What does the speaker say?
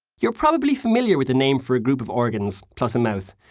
you're probably familiar with a name for a group of organs, plus a mouth,